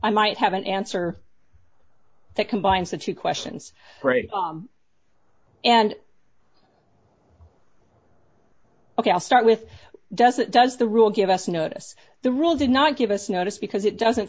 i might have an answer that combines the two questions and ok i'll start with does it does the rule give us notice the rule did not give us notice because it doesn't